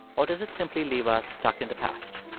or does it simply leave us stuck in the past?